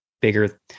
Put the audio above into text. bigger